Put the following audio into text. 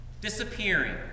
disappearing